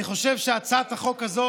אני חושב שהצעת החוק הזאת